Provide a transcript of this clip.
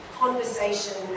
conversation